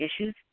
issues